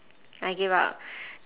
I gave up